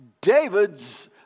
David's